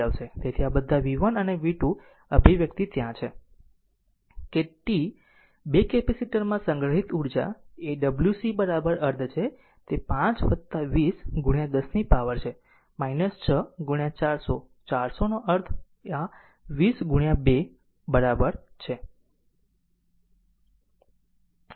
તેથી બધા v 1 v 2 અભિવ્યક્તિ ત્યાં છે કે t અનંત તરફ વલણ ધરાવે છે તે કેટલું છે તેથી 2 કેપેસિટર માં સંગ્રહિત ઉર્જા એ wc અર્ધ છે તે 5 20 10 ની પાવર છે 6 400 400 નો અર્થ આ 20 2 બરાબર છે